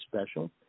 special